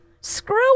Screw